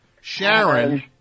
Sharon